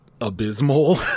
abysmal